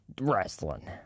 Wrestling